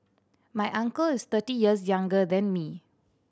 my uncle is thirty years younger than me